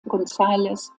gonzález